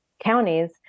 counties